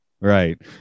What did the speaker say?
Right